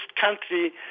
country